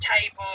table